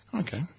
Okay